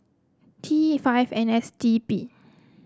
T five N S D P